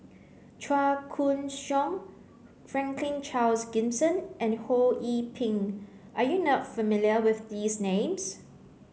Chua Koon Siong Franklin Charles Gimson and Ho Yee Ping are you not familiar with these names